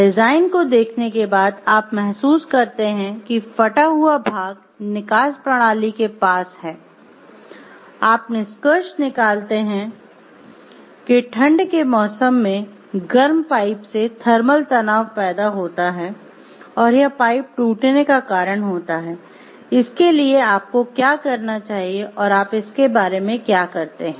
design को देखने के बाद आप महसूस करते हैं कि फटा हुआ भाग निकास प्रणाली के पास पैदा होता है और यह पाइप टूटने का कारण होता है इसके लिए आपको क्या करना चाहिए और आप इसके बारे में क्या करते हैं